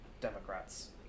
Democrats